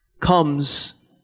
comes